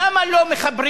למה לא מחברים